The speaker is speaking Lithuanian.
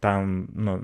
ten nu